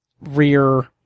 rear